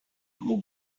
who